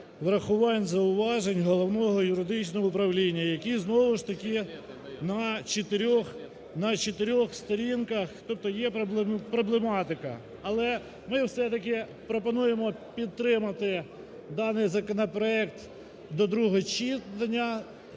врахувань зауважень Головного юридичного управління, які знову ж таки на чотирьох, на чотирьох сторінках. Тобто є проблематика. Але ми все-таки пропонуємо підтримати даний законопроект до другого читання